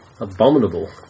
Abominable